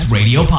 Radio